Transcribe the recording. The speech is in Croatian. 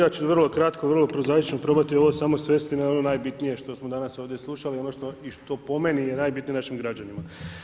Ja ću vrlo kratko, vrlo prozaično probati ovo samo svesti na ono najbitnije ono što smo danas ovdje slušali i što po meni je najbitnije našim građanima.